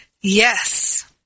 Yes